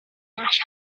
nash